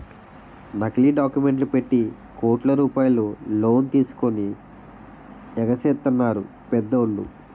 నకిలీ డాక్యుమెంట్లు పెట్టి కోట్ల రూపాయలు లోన్ తీసుకొని ఎగేసెత్తన్నారు పెద్దోళ్ళు